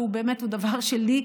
שהוא דבר שלי,